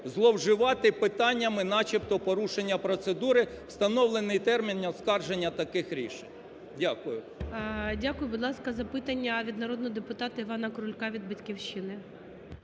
зловживати питаннями начебто порушення процедури у встановлений термін оскарження таких рішень. Дякую. ГОЛОВУЮЧИЙ. Дякую. Будь ласка, запитання від народного депутата Івана Крулька від "Батьківщини".